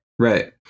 Right